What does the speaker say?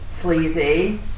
Sleazy